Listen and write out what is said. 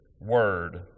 Word